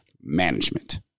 management